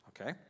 Okay